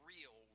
real